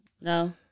No